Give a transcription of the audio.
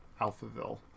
Alphaville